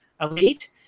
Elite